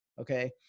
Okay